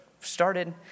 started